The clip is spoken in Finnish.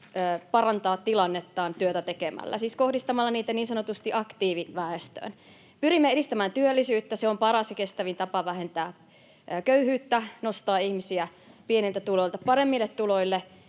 parantaa tilannettaan työtä tekemällä, siis kohdistamaan niitä niin sanotusti aktiiviväestöön. Pyrimme edistämään työllisyyttä, sillä se on paras ja kestävin tapa vähentää köyhyyttä, nostaa ihmisiä pieniltä tuloilta paremmille tuloille.